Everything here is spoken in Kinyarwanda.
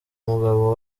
umugabo